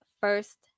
first